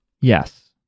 yes